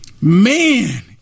Man